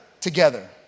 together